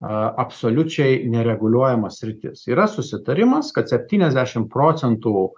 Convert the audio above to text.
absoliučiai nereguliuojama sritis yra susitarimas kad septyniasdešim procentų